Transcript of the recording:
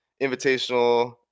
Invitational